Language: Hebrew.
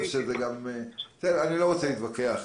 אני לא רוצה להתווכח